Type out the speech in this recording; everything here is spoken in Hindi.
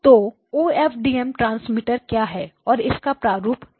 तो O F D M OFDM transmitter क्या है और इसका प्रारूप क्या होगा